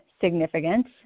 significance